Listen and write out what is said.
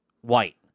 White